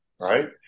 right